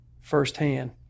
firsthand